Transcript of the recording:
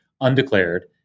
undeclared